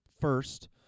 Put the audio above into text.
first